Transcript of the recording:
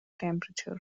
temperature